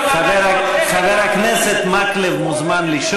ודיברנו על משהו אחר, חבר הכנסת מקלב מוזמן לשאול.